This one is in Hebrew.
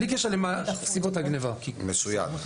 בלי קשר לסיבות הגניבה --- מצוין.